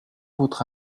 votre